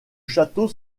château